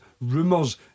rumours